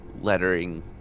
Lettering